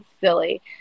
silly